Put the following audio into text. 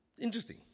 Interesting